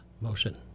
motion